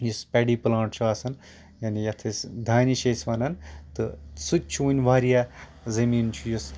یُس paddy plant چھُ آسان یعنے یَتھ أسۍ دانہِ چھِ أسۍ ونان تہٕ سُہ تہِ چھُ واریاہ زمیٖن چھُ یُس